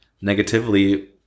negatively